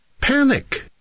Panic